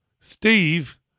Steve